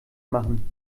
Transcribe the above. machen